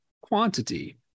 quantity